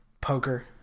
poker